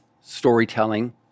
storytelling